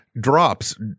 drops